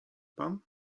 pan